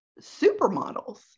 supermodels